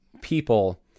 people